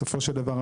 בסופו של דבר,